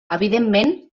evidentment